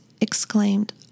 exclaimed